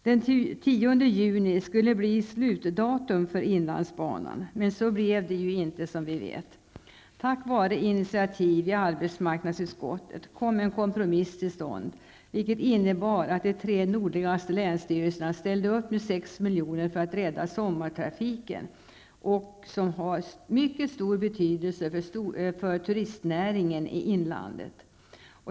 Den 10 juni skulle bli slutdatum för inlandsbanan, men så blev det inte, som vi vet. Tack vare initiativ i arbetsmarknadsutskottet kom en kompromiss till stånd, vilket innebar att de tre nordligaste länsstyrelserna ställde upp med 6 milj.kr. för att rädda sommartrafiken, som har mycket stor betydelse för turistnäringen i inlandet.